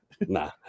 Nah